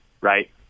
right